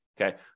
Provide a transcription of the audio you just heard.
Okay